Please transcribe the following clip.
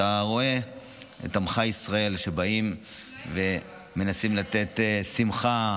אתה רואה את עמך ישראל שבאים ומנסים לתת שמחה,